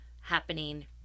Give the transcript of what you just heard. happening